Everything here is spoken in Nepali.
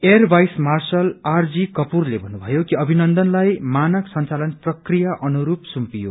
air vice marshal R G कपूरले भन्नुभयो कि अभिनन्दनलाई मानक संचालन प्रकिया अनुस्र सुम्पियो